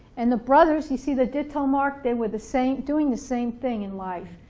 and the brothers, you see the ditto mark they were the same, doing the same thing in life.